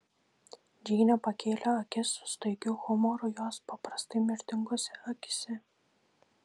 džeinė pakėlė akis su staigiu humoru jos paprastai mirtingose akyse